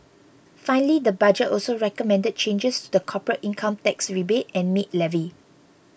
finally the budget also recommended changes to the corporate income tax rebate and maid levy